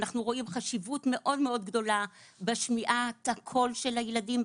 אנחנו רואים חשיבות מאוד גדולה בשמיעת הקול של הילדים,